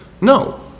No